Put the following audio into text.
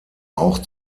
auch